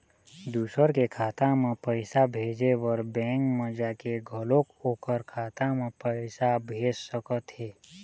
दूसर के खाता म पइसा भेजे बर बेंक म जाके घलोक ओखर खाता म पइसा भेज सकत हे